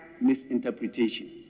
misinterpretation